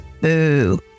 boo